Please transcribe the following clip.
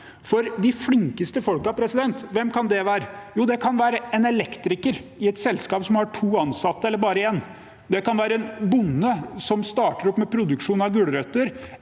For de flinkeste folkene, hvem kan det være? Jo, det kan være en elektriker i et selskap som har to ansatte, eller bare én. Det kan være en bonde som starter opp med produksjon av gulrøtter,